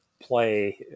play